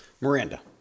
Miranda